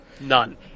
None